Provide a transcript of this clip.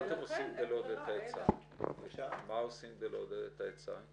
מה עושים כדי לעודד את ההיצע?